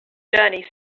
journey